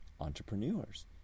entrepreneurs